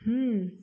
हम्म